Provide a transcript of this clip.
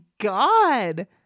God